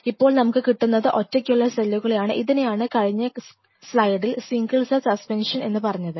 ഇപ്പോൾ നമുക്ക് കിട്ടുന്നത് ഒറ്റയ്ക്കുള്ള സെല്ലുകളാണ് ഇതിനെയാണ് കഴിഞ്ഞ സ്ലൈഡിൽ സിംഗിൾ സെൽ സസ്പെൻഷൻ എന്ന് പറഞ്ഞത്